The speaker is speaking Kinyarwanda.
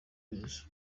yezu